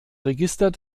register